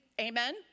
Amen